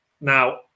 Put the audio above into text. Now